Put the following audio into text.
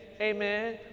Amen